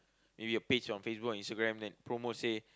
maybe a page on Facebook or Instagram then promote say